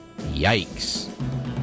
Yikes